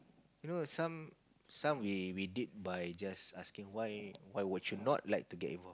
you know some some we we did by just asking why why would you not like to get involved